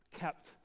kept